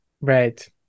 Right